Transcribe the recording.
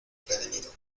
prevenido